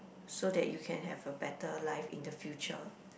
so that you can have a better life in the future